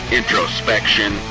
introspection